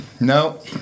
no